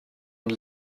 and